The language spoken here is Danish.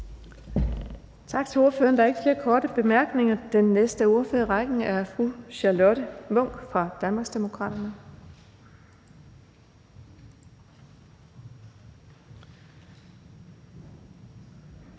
Tak til ordføreren. Der er ikke flere korte bemærkninger. Den næste ordfører i rækken er fru Charlotte Munch fra Danmarksdemokraterne.